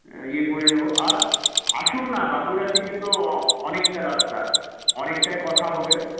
ইয়ে করে নেবো আর আসুন না বাঁকুড়া থেকে তো অনেকটা রাস্তা অনেকটাই কথা হবে